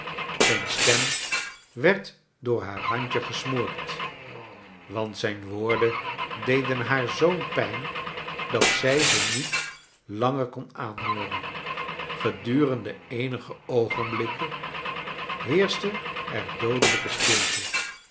zijn stem werd door haar handje gesmoord want zijn woorden deden haar zoo'n pijn dat zij ze niet langer kon aanhooren gedurende eenige oogenblikken hee sohte er doof e ijke stilte